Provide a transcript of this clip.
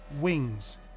Wings